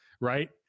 right